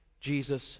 Jesus